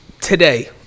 today